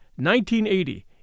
1980